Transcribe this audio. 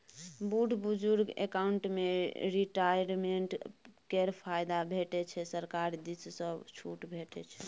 बुढ़ बुजुर्ग अकाउंट मे रिटायरमेंट केर फायदा भेटै छै सरकार दिस सँ छुट भेटै छै